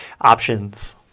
Options